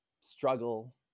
struggle